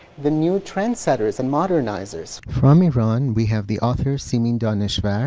the new trendsetters and modernizers. from iran we have the author simin danishvar,